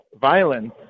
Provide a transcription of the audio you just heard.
violence